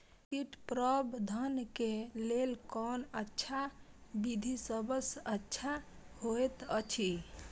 कीट प्रबंधन के लेल कोन अच्छा विधि सबसँ अच्छा होयत अछि?